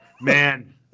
Man